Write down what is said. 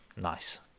Nice